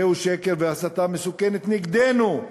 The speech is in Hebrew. זהו שקר והסתה מסוכנת נגדנו.